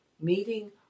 Meeting